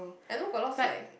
I know got a lot of like